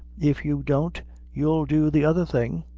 if you don't you'll do the other thing